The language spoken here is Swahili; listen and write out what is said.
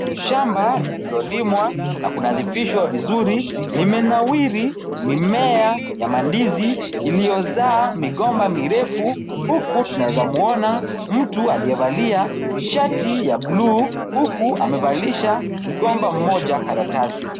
Shamba lililolimwa na kunadhifishwa vizuri, limenawiri. Mimea ya mandizi, iliyozaa migomba mirefu, huku tunamuona mtu aliyevalia shati ya blue , huku amevalisha mgomba mmoja, karatasi.